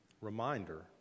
reminder